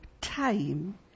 time